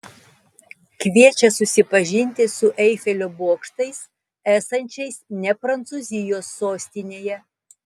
kviečia susipažinti su eifelio bokštais esančiais ne prancūzijos sostinėje